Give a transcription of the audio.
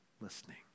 listening